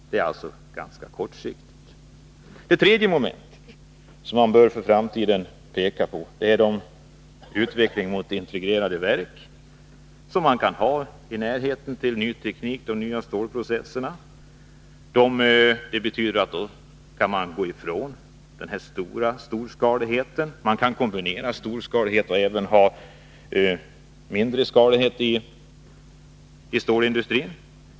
Det är alltså ganska kortsiktigt. Det tredje moment som man bör peka på för framtiden är utvecklingen mot integrerade verk, som man kan ha i nära anslutning till de nya stålprocesserna. Det betyder att man kan gå ifrån den renodlade storskaligheten. Man kan kombinera storskalighet med mindre utvecklad stordrift inom stålindustrin.